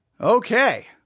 Okay